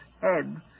head